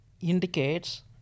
indicates